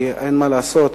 כי אין מה לעשות,